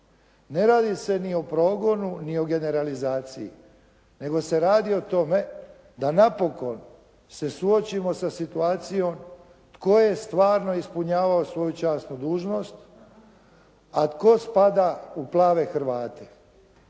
Ne radi se ni o progonu ni o generalizaciji nego se radi o tome da napokon se suočimo sa situacijom tko je stvarno ispunjavao svoju časnu dužnost, a tko spada u plave Hrvate.